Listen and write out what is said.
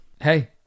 Hey